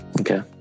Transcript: Okay